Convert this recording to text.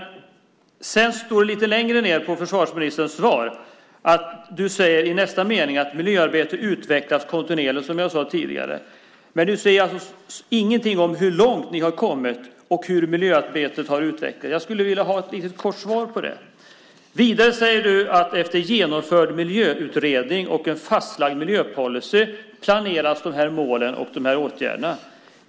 Lite längre ned i försvarsministerns svar står det att "miljöarbetet utvecklas kontinuerligt", som tidigare sagts. Men Mikael Odenberg, du säger ingenting om hur långt ni har kommit och om hur miljöarbetet har utvecklats. Jag skulle vilja ha ett kort svar om det. Vidare säger du i svaret: "Efter genomförd miljöutredning och en fastlagd miljöpolicy planeras mål och åtgärder."